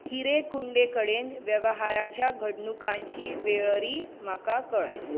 हिरे कुंदे कडेन वेवहाराच्या घडणुकांची वेळरी म्हाका कळय